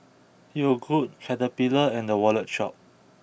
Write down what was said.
Yogood Caterpillar and The Wallet Shop